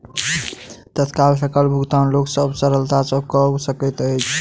तत्काल सकल भुगतान लोक सभ सरलता सॅ कअ सकैत अछि